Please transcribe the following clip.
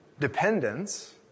dependence